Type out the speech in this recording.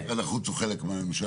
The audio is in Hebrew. משרד החוץ הוא חלק מהממשלה,